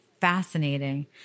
fascinating